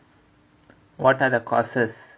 what are the courses